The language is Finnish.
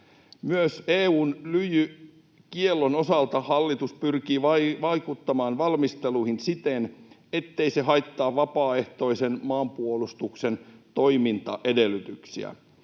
Myös EU:n lyijykiellon osalta hallitus pyrkii vaikuttamaan valmisteluihin siten, ettei se haittaa vapaaehtoisen maanpuolustuksen toimintaedellytyksiä.